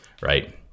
right